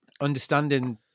understanding